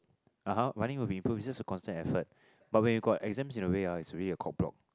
(uh huh) running will be improved it's just a constant effort but when you got exams in the way ah it's really a cock block